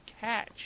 catch